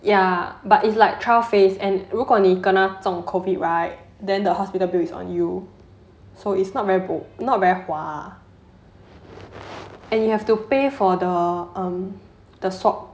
ya but it's like trial phase and 如果你 kena 重 COVID right then the hospital bills is on you so it's not very not very 划 and you have to pay for the um the swab